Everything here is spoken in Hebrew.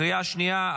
קריאה שנייה.